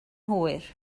hwyr